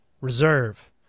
Reserve